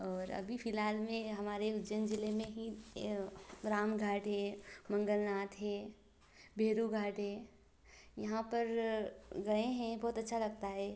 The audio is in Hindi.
और अभी फिलहाल में हमारे उज्जैन ज़िले में ही राम घाट है मंगलनाथ है भैरो घाट है यहाँ पर गए हैं बहुत अच्छा लगता है